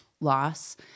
loss